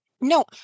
no